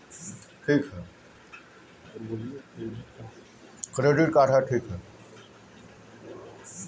आजकल तअ सभे केहू क्रेडिट कार्ड रखत हवे